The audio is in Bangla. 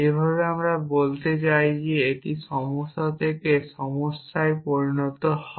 এইভাবে আমরা বলতে চাই যে এটি সমস্যা থেকে সমস্যায় পরিবর্তিত হয়